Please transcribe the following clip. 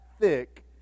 thick